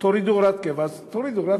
"תורידו הוראת קבע", אז תורידו הוראת קבע.